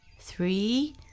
three